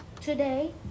Today